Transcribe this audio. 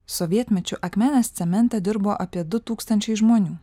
sovietmečiu akmenės cemente dirbo apie du tūkstančiai žmonių